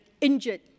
injured